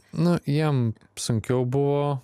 nu jiem sunkiau buvo